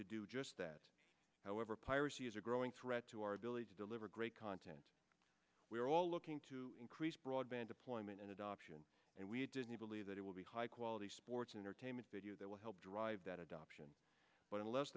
to do just that however piracy is a growing threat to our ability to deliver great content we are all looking to increase broadband deployment and adoption and you didn't believe that it will be high quality sports entertainment video that will help drive that adoption but unless